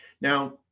Now